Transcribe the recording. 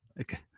okay